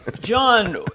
John